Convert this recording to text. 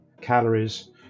calories